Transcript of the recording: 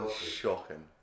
shocking